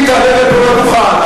אם תעלה לפה לדוכן,